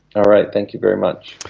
all right, thank you very much.